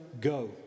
Go